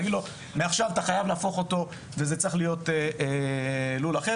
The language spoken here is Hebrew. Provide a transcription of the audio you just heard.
ולהגיד שמעכשיו חייבים להפוך אותו ללול אחד,